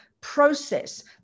process